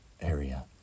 area